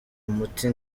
umuti